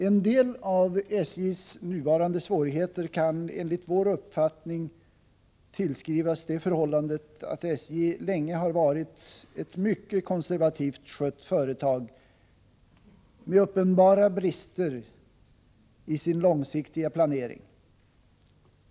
En del av SJ:s nuvarande svårigheter kan enligt vår uppfattning tillskrivas det förhållandet att SJ länge har varit ett mycket konservativt skött företag med uppenbara brister i sin långsiktiga planering.